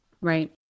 Right